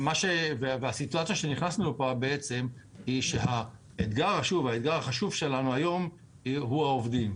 הסיטואציה שנכנסנו אליה היא שהאתגר החשוב שלנו היום הוא העובדים.